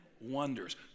wonders